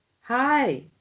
Hi